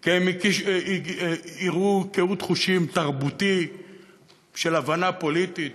כי הם הראו קהות חושים תרבותית של הבנה פוליטית,